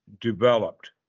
developed